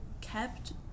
kept